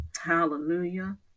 Hallelujah